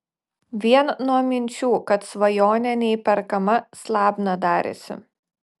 vien nuo minčių kad svajonė neįperkama slabna darėsi